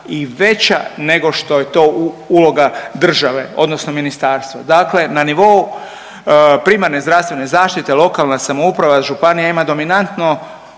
i veća nego što je to uloga države, odnosno ministarstva. Dakle, na nivou primarne zdravstvene zaštite lokalna samouprava, županija ima dominantno